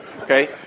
okay